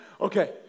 okay